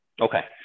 Okay